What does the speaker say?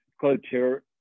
culture